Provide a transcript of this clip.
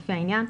לפי העניין,